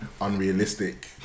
unrealistic